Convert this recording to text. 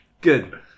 Good